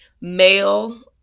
Male